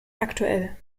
aktuell